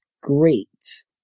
great